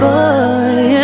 Boy